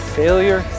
failure